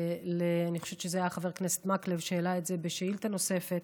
אני חושבת שזה היה חבר הכנסת מקלב שהעלה את זה בשאילתה נוספת,